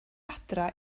adre